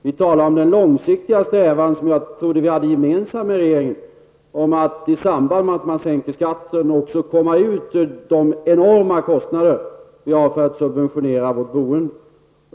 Vi talar om den långsiktiga strävan som jag trodde vi hade gemensamt med regeringen om att man i samband med att man sänker skatten också skall komma ut ur de enorma kostnader vi har för att subventionera vårt boende.